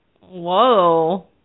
Whoa